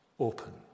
open